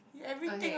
okay